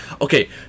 Okay